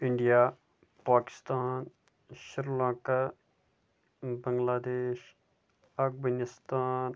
India Pakistan Sri Lanka Bangladesh Afghanistan